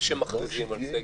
וכשמכריזים על סגר?